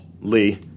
Lee